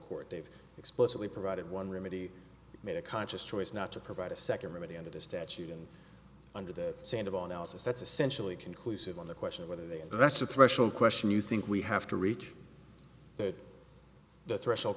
court they've explicitly provided one remedy made a conscious choice not to provide a second room at the end of the statute and under the sand of on elsa's that's essentially conclusive on the question of whether they and that's a threshold question you think we have to reach the threshold